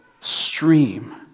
stream